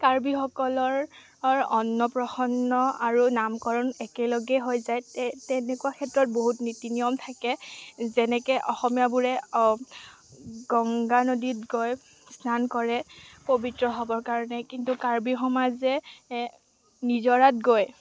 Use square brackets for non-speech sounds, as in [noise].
কাৰ্বিসকলৰ [unintelligible] অন্নপ্ৰসন্ন আৰু নামকৰণ একেলগে হৈ যায় [unintelligible] তেনেকুৱা ক্ষেত্ৰত বহুত নীতি নিয়ম থাকে যেনেকে অসমীয়াবোৰে গংগা নদীত গৈ স্নান কৰে পবিত্ৰ হ'বৰ কাৰণে কিন্তু কাৰ্বি সমাজে নিজৰাত গৈ